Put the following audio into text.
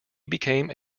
became